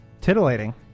Titillating